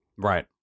Right